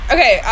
Okay